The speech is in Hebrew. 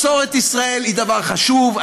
מסורת ישראל היא דבר חשוב.